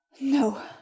no